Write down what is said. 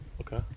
Okay